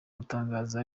gutangaza